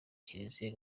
kiliziya